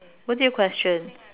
what's your question